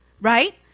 right